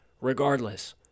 regardless